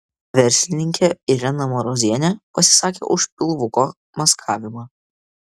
verslininkė irena marozienė pasisakė už pilvuko maskavimą